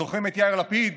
זוכרים את יאיר לפיד